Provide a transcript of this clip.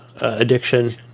addiction